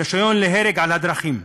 רישיון להרג בדרכים.